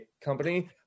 company